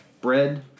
bread